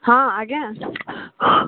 ହଁ ଆଜ୍ଞା